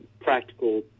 practical